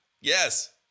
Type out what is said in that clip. Yes